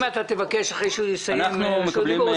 אם תבקש להתייחס אחרי שהוא יסיים את דבריו,